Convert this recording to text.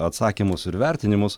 atsakymus ir vertinimus